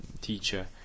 teacher